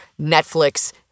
Netflix